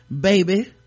baby